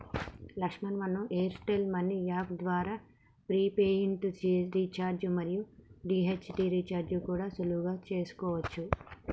లక్ష్మణ్ మనం Airtel money app ద్వారా prepaid recharge మరియు డి.టి.హెచ్ రీఛార్జి కూడా సులువుగా చేసుకోవచ్చు